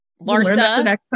Larsa